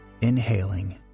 Inhaling